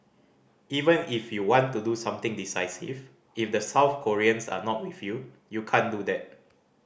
even if you want to do something decisive if the South Koreans are not with you you can't do that